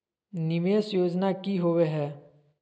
निवेस योजना की होवे है?